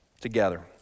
together